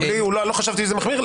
לא חשבתי שזה מחמיר.